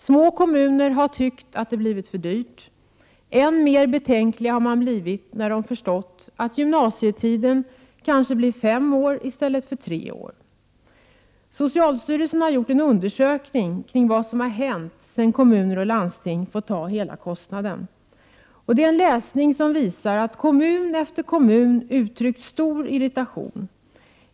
Små kommuner har tyckt att det blivit för dyrt. Än mer betänkliga har de blivit när de förstått att gymnasietiden kanske blir fem år i stället för tre år. Socialstyrelsen har gjort en undersökning kring vad som hänt sedan kommuner och landsting fått ta hela kostnaden. Det är en läsning som visar att kommun efter kommun uttryckt stor irritation.